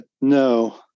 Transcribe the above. no